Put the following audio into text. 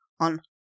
on